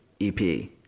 EP